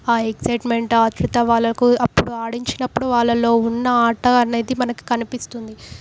ఆ ఎగ్జయిట్మెంట్ ఆతృత వాళ్ళకు అప్పుడు ఆడించినప్పుడు వాళ్ళలో ఉన్న ఆట అనేది మనకు కనిపిస్తుంది